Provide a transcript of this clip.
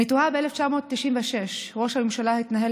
אני תוהה: ב-1996 ראש הממשלה התנהל